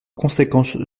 conséquence